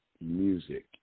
music